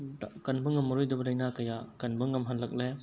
ꯀꯟꯕ ꯉꯝꯃꯔꯣꯏꯗꯕ ꯂꯩꯅꯥ ꯀꯌꯥ ꯀꯟꯕ ꯉꯝꯍꯟꯂꯛꯂꯦ